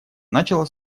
начало